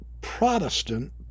Protestant